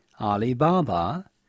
Alibaba